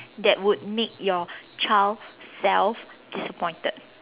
that would make your child self disappointed